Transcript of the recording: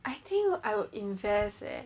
I think I will invest eh